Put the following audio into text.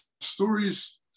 stories